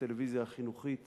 הטלוויזיה החינוכית